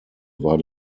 war